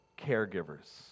caregivers